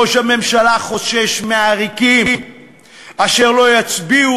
ראש הממשלה חושש מעריקים אשר לא יצביעו